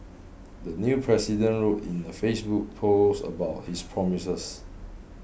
the new president wrote in a Facebook post about his promises